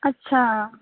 আচ্ছা